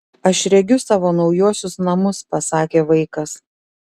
aš regiu savo naujuosius namus pasakė vaikas